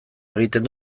egiten